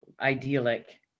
idyllic